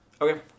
Okay